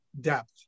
depth